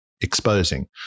exposing